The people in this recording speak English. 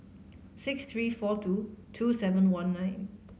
six three four two two seven one nine